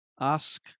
Ask